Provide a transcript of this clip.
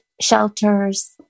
shelters